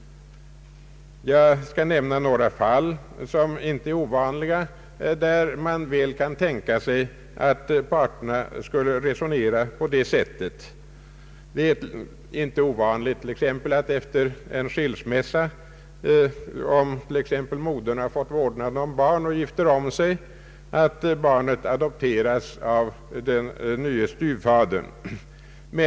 Jag skall nämna några fall som inte är ovanliga och där man väl kan tänka sig att parterna skulle resonera så att man vill behålla nu gällande regler. Det är t.ex. icke ovanligt att efter en skilsmässa modern har fått vårdnaden om barnet och att barnet adopteras av styvfadern om modern gifter om sig.